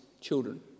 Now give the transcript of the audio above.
children